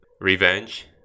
revenge